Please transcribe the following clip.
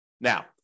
Now